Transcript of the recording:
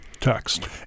text